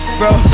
bro